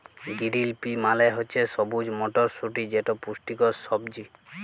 গিরিল pea মালে হছে সবুজ মটরশুঁটি যেট পুষ্টিকর সবজি